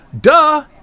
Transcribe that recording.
duh